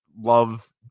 love